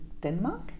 Denmark